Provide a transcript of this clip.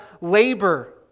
labor